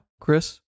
Chris